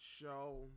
show